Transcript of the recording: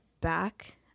back